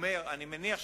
אני מניח שבתשובתו,